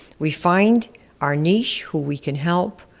we find our niche, who we can help,